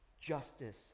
justice